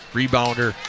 rebounder